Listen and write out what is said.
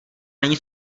není